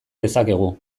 dezakegu